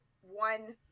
one